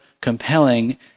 compelling